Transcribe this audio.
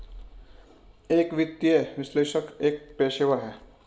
एक वित्तीय विश्लेषक एक पेशेवर है